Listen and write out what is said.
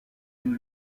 une